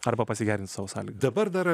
arba pasigerinti sau dabar dar